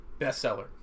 bestseller